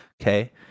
Okay